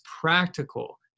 practical